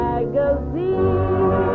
Magazine